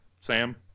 Sam